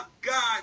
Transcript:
God